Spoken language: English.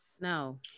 No